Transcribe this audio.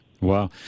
Wow